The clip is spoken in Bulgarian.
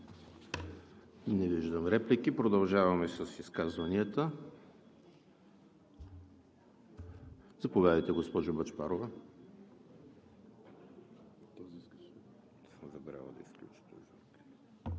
Не виждам. Продължаваме с изказванията. Заповядайте, госпожо Бъчварова.